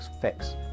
fix